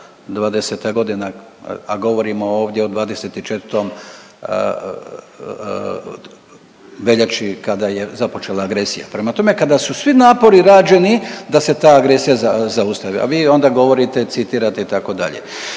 '20.g., a govorimo ovdje o 24. veljači kada je započela agresija, prema tome kada su svi napori rađeni da se ta agresija zaustavi, a vi onda govorite i citirate itd..